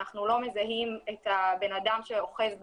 אנחנו לא מזהים את הבן אדם שאוחז בתג.